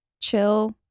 chill